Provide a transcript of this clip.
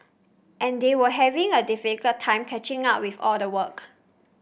and they were having a difficult time catching up with all the work